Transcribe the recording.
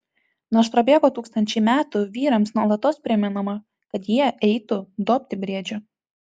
nors prabėgo tūkstančiai metų vyrams nuolatos primenama kad jie eitų dobti briedžio